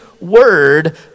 word